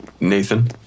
Nathan